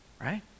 right